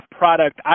product